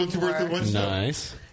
Nice